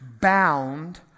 bound